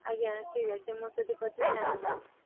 ଆଜ୍ଞା ଠିକ୍ ଅଛି ମୁଁ ସେଥିପ୍ରତି ଧ୍ୟାନ ଦେବି